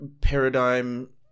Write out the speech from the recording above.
paradigm